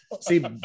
See